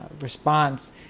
response